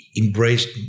embraced